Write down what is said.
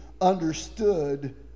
understood